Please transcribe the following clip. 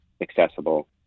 accessible